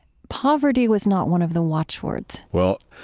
poverty was not one of the watchwords well,